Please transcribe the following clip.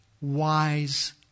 wise